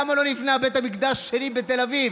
למה לא נבנה בית המקדש שלי בתל אביב?